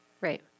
Right